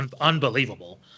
unbelievable